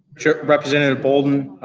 sure. representative bolden,